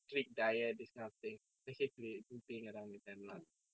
strict diet this kind of thing so hate being being around with them lah